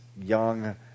young